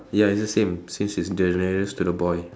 ya it's the same since it's the nearest to the boy